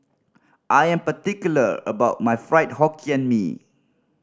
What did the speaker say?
I'm particular about my Fried Hokkien Mee